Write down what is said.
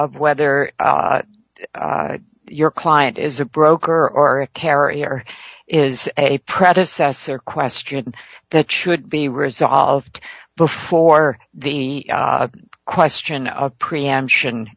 of whether your client is a broker or a carrier is a predecessor question that should be resolved before the question of preemption